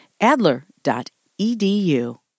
Adler.edu